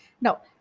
Now